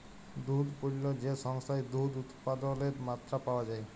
দুহুদ পল্য যে সংস্থায় দুহুদ উৎপাদলের মাত্রা পাউয়া যায়